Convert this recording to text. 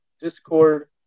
Discord